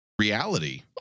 reality